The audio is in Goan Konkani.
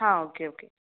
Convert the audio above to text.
हां ओके ओके